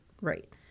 right